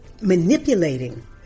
manipulating